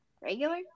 regular